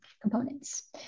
components